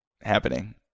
happening